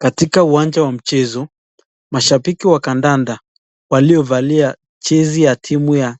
Katika uwanja wa mchezo mashabiki wa kandanda waliovalia jesi ya timu ya